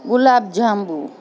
ગુલાબ જાંબુ